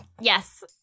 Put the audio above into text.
Yes